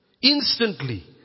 Instantly